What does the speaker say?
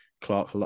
Clark